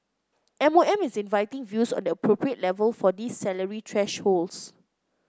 M O M is inviting views on the appropriate level for these salary thresholds